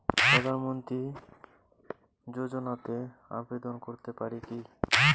প্রধানমন্ত্রী যোজনাতে আবেদন করতে পারি কি?